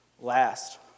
last